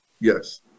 yes